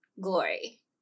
Glory